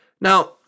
Now